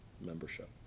membership